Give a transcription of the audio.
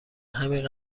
همین